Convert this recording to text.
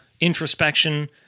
introspection